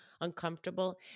uncomfortable